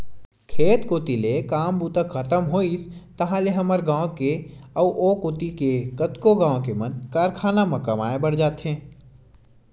खेत कोती ले काम बूता खतम होइस ताहले हमर गाँव के अउ ओ कोती के कतको गाँव के मन ह कारखाना म कमाए बर जाथे